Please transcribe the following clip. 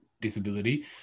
disability